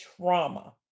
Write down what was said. trauma